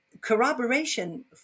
corroboration